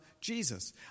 Jesus